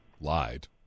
lied